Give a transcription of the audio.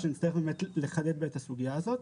שנצטרך באמת לחדד בה את הסוגייה הזאת.